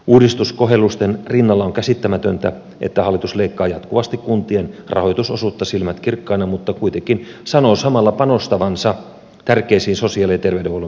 uudistuskohellusten rinnalla on käsittämätöntä että hallitus leikkaa jatkuvasti kuntien rahoitusosuutta silmät kirkkaina mutta kuitenkin sanoo samalla panostavansa tärkeisiin sosiaali ja terveydenhuollon palveluihin